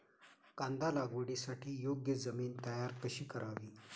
कांदा लागवडीसाठी योग्य जमीन तयार कशी करावी?